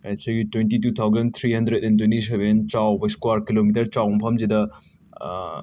ꯁꯤꯒꯤ twenty two thousand three hundred and twenty seven ꯆꯥꯎꯕ square kilometre ꯆꯥꯎꯕ ꯃꯐꯝꯁꯤꯗ